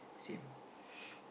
same